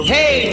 Hey